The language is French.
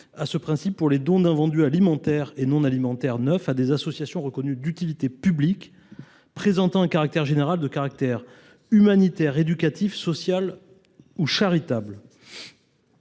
par la loi pour les dons d’« invendus alimentaires et non alimentaires neufs [à des] associations reconnues d’utilité publique présentant un intérêt général de caractère humanitaire, éducatif, social ou charitable